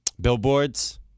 billboards